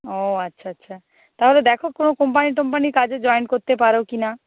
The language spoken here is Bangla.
ও আচ্ছা আচ্ছা তাহলে দেখো কোনো কোম্পানি টোম্পানির কাজে জয়েন করতে পারো কি না